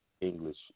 English